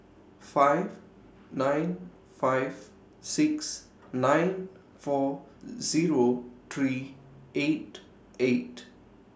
five nine five six nine four Zero three eight eight